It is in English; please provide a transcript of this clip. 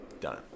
Done